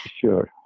Sure